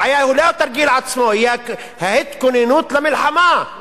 הבעיה היא לא התרגיל עצמו, היא ההתכוננות למלחמה,